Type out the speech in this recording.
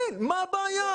כן, מה הבעיה?